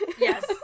Yes